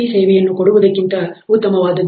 ಸೇವೆಯನ್ನು ಕೊಡುವುದಕ್ಕಿಂತ ಉತ್ತಮವಾದದ್ದು